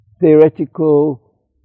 theoretical